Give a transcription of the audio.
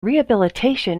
rehabilitation